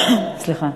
סליחה,